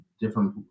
different